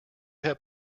have